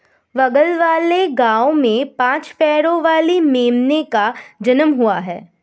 बगल वाले गांव में पांच पैरों वाली मेमने का जन्म हुआ है